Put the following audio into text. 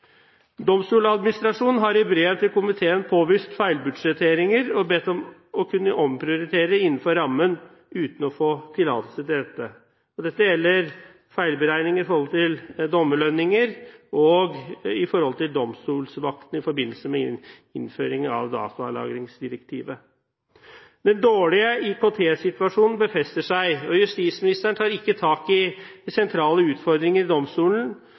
Domstoladministrasjonen har i brevet til komiteen påvist feilbudsjetteringer og bedt om å kunne omprioritere innenfor rammen, uten å få tillatelse til det. Dette gjelder feilberegninger med hensyn til dommerlønninger og til domstolsvaktene i forbindelse med innføring av datalagringsdirektivet. Den dårlige IKT-situasjonen befester seg, og justisministeren tar ikke tak i sentrale utfordringer i domstolen